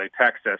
Texas